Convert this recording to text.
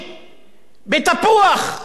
בתפוח, באריאל,